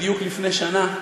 בדיוק לפני שנה.